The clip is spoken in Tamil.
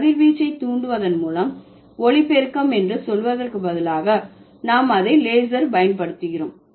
கதிர்வீச்சை தூண்டுவதன் மூலம் ஒளிப்பெருக்கம் என்று சொல்வதற்கு பதிலாக நாம் அதை லேசர் பயன்படுத்துகிறோம்